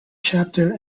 chapter